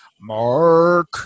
mark